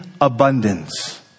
abundance